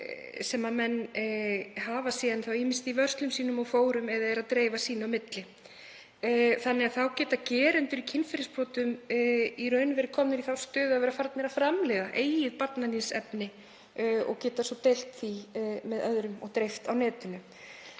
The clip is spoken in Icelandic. sem menn hafa síðan ýmist í vörslu sinni eða dreifa sín á milli. Þá geta gerendur í kynferðisbrotum í raun verið komnir í þá stöðu að vera farnir að framleiða eigið barnaníðsefni og geta svo deilt því með öðrum og dreift á netinu.